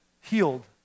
healed